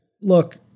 look